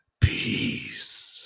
peace